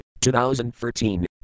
2013